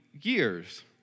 years